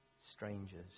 strangers